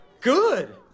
good